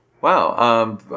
Wow